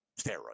steroids